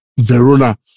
Verona